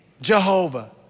Jehovah